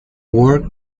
work